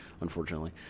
unfortunately